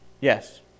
Yes